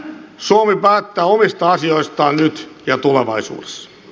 suomi päättää omista asioistaan nyt ja tulevaisuudessa